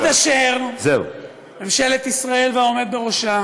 עד אשר ממשלת ישראל והעומד בראשה